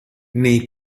nei